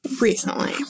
Recently